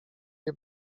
nie